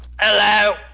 Hello